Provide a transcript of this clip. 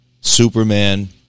Superman